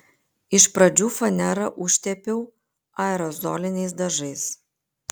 iš pradžių fanerą užtepiau aerozoliniais dažais